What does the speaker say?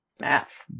Math